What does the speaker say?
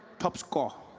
top score.